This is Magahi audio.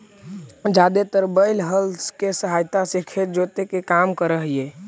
जादेतर बैल हल केसहायता से खेत जोते के काम कर हई